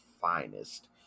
finest